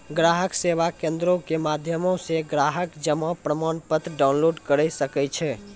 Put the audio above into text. ग्राहक सेवा केंद्रो के माध्यमो से ग्राहक जमा प्रमाणपत्र डाउनलोड करे सकै छै